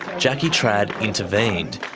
jackie trad intervened,